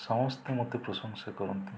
ସମସ୍ତେ ମୋତେ ପ୍ରଶଂସା କରନ୍ତି